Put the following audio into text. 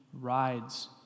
rides